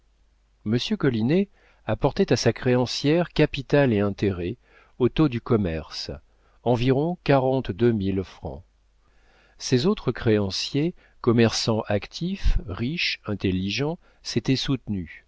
monsieur collinet apportait à sa créancière capital et intérêts au taux du commerce environ quarante-deux mille francs ses autres créanciers commerçants actifs riches intelligents s'étaient soutenus